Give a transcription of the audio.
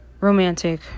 romantic